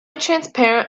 transparent